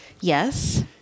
Yes